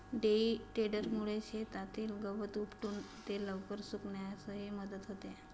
हेई टेडरमुळे शेतातील गवत उपटून ते लवकर सुकण्यासही मदत होते